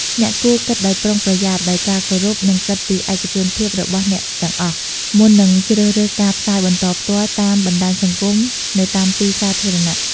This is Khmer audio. អ្នកគួរគិតដោយប្រុងប្រយ័ត្ន ដោយការគោរព និង គិតពីឯកជនភាពរបស់អ្នកទាំងអស់ មុននឹងជ្រើសរើសការផ្សាយបន្តផ្ទាល់តាមបណ្តាញសង្គម នៅតាមទីសាធារណៈ។